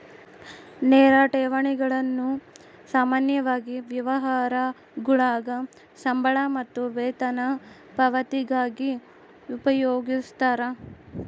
ನೇರ ಠೇವಣಿಗಳನ್ನು ಸಾಮಾನ್ಯವಾಗಿ ವ್ಯವಹಾರಗುಳಾಗ ಸಂಬಳ ಮತ್ತು ವೇತನ ಪಾವತಿಗಾಗಿ ಉಪಯೋಗಿಸ್ತರ